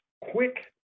quick